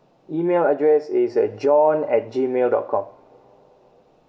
email address is uh john at gmail dot com